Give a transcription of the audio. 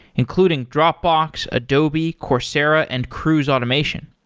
including dropbox, adobe, coursera and cruise automation.